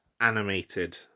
animated